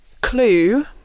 clue